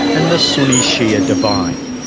and the sunni shia divide.